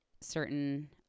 certain